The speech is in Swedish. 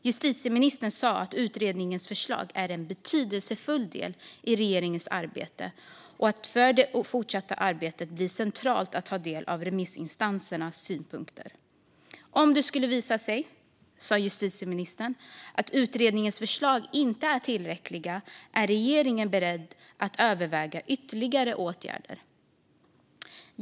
Justitieministern sa att utredningens förslag är en betydelsefull del i regeringens arbete och att det för det fortsatta arbetet blir centralt att ta del av remissinstansernas synpunkter. Om det skulle visa sig, sa justitieministern, att utredningens förslag inte är tillräckliga är regeringen beredd att överväga ytterligare åtgärder.